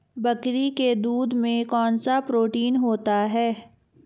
बकरी के दूध में कौनसा प्रोटीन होता है?